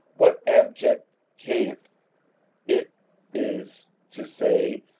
what abject cant it is to say,